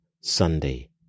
Sunday